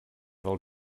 del